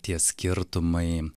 tie skirtumai